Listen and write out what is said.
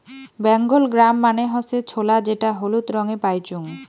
Bengal gram মানে হসে ছোলা যেটা হলুদ রঙে পাইচুঙ